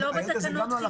מקלב, זה לא בתקנות חינוך.